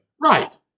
Right